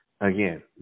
Again